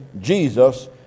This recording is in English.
Jesus